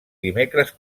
dimecres